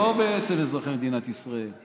לא עובדת אצל אזרחי מדינת ישראל.